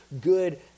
good